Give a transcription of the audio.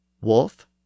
wolf